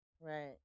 Right